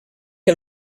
que